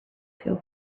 feel